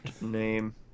name